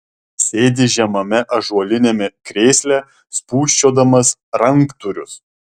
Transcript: sėdi žemame ąžuoliniame krėsle spūsčiodamas ranktūrius